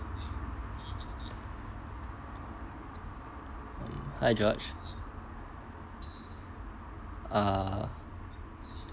hi josh uh